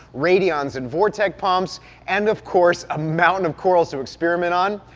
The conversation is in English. radions and vortech pumps and, of course, a mountain of corals to experiment on.